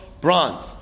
bronze